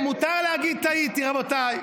מותר להגיד: טעיתי, רבותיי.